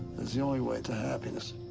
is the only way to happiness.